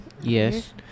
Yes